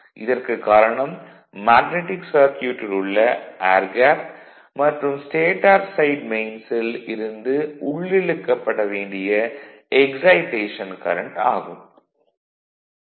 இதற்கு காரணம் மேக்னடிக் சர்க்யூட்டில் உள்ள ஏர் கேப் மற்றும் ஸ்டேடார் சைட் மெயின்ஸ் ல் இருந்து உள்ளிழுக்கப்பட வேண்டிய எக்சைடேஷன் கரண்ட் ஆகும்